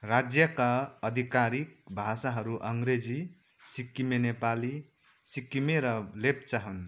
राज्यका अधिकारिक भाषाहरू अङ्ग्रेजी सिक्किमे नेपाली सिक्किमे र लेप्चा हुन्